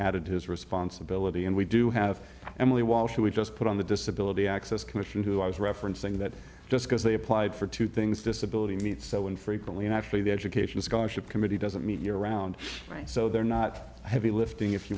his responsibility and we do have emily walsh who we just put on the disability access commission who i was referencing that just because they applied for two things disability meet so infrequently and actually the education scholarship committee doesn't meet year around so they're not heavy lifting if